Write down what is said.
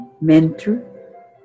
mentor